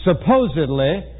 Supposedly